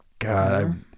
God